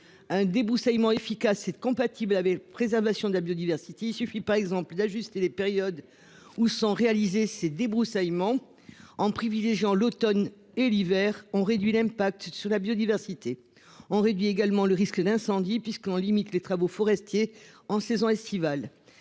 Un débroussaillement efficaces et compatible avec préservation de la biodiversité. Il suffit par exemple d'ajuster les périodes où sont réalisées ces débroussaillement en privilégiant l'Automne et l'hiver, on réduit l'impact sur la biodiversité. On réduit également le risque d'incendie puisqu'on limite les travaux forestiers, en saison estivale.